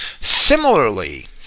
Similarly